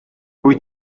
wyt